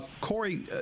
Corey